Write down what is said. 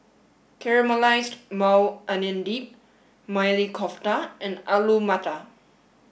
Caramelized Maui Onion Dip Maili Kofta and Alu Matar